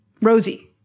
Rosie